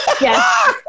Yes